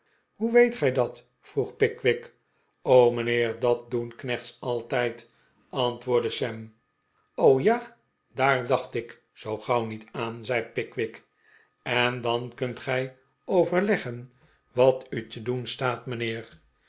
hoe weet gij dat vroeg pickwick mijnheer dat doen knechts altijd antwoordde sam ja daar dacht ik zoo gauw niet aan zei pickwick en dan kunt gij overleggen wat u te doen staat mijnheer